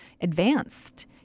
advanced